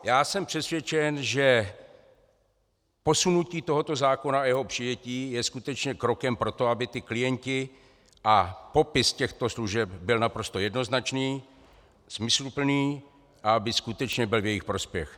Já jsem přesvědčen, že posunutí tohoto zákona a jeho přijetí je skutečně krokem pro to, aby klienti a popis těchto služeb byl naprosto jednoznačný, smysluplný a aby skutečně byl v jejich prospěch.